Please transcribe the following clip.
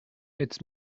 its